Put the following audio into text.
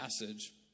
passage